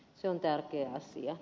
se on tärkeä asia